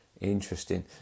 Interesting